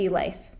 life